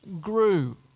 grew